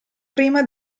prima